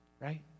right